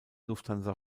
lufthansa